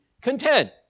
content